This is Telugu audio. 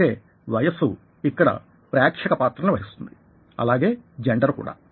అంటే వయస్సు ఇక్కడ ప్రేక్షకపాత్రని వహిస్తుంది అలాగే జెండర్ కూడా